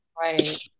Right